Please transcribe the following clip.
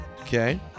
Okay